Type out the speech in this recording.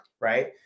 right